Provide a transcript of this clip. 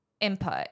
input